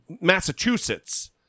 Massachusetts